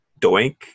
doink